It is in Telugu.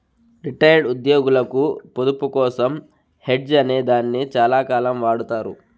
రిటైర్డ్ ఉద్యోగులకు పొదుపు కోసం హెడ్జ్ అనే దాన్ని చాలాకాలం వాడతారు